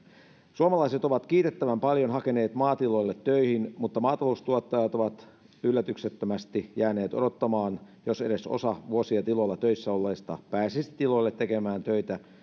suomalaiset ovat kiitettävän paljon hakeneet maatiloille töihin mutta maataloustuottajat ovat yllätyksettömästi jääneet odottamaan josko edes osa vuosia tiloilla töissä olleista pääsisi tiloille tekemään töitä